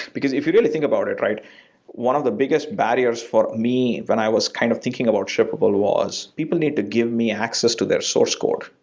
because if you really think about it, one of the biggest barriers for me when i was kind of thinking about shippable was people need to give me access to their source code,